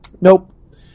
Nope